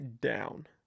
down